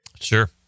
Sure